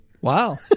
Wow